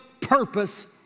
purpose